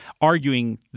arguing